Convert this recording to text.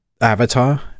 Avatar